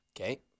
Okay